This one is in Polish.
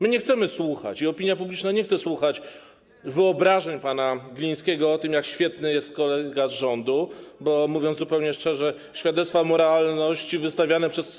My nie chcemy słuchać, i opinia publiczna nie chce słuchać, wyobrażeń pana Glińskiego o tym, jaki świetny jest kolega z rządu, bo, mówiąc zupełnie szczerze, świadectwa moralności wystawiane przez kolegów.